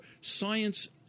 science